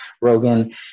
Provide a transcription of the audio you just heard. Rogan